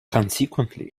consequently